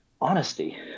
honesty